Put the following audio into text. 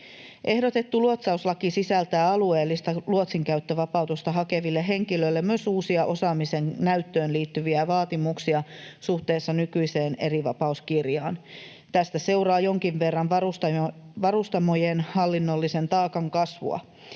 Ehdotettu luotsauslaki sisältää alueellista luotsinkäyttövapautusta hakeville henkilöille myös uusia, osaamisen näyttöön liittyviä vaatimuksia suhteessa nykyiseen erivapauskirjaan. Tästä seuraa jonkin verran varustamojen hallinnollisen taakan kasvua.